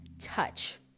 Touch